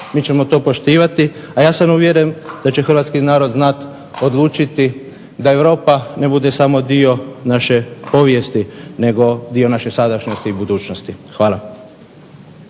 mi ćemo to poštivati. A ja sam uvjeren da će hrvatski narod znati odlučiti da Europa ne bude samo dio naše povijesti nego dio naše sadašnjosti i budućnosti. Hvala.